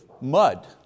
mud